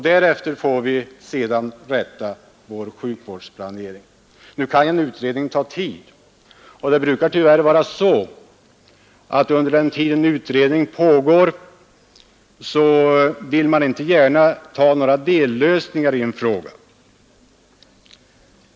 Därefter får vi sedan rätta vår sjukvårdsplanering. Nu kan emellertid en utredning ta tid, och tyvärr brukar det vara så att under den tid en utredning pågår vill man inte gärna ta några dellösningar i en fråga.